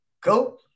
Go